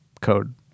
code